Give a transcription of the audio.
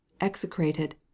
execrated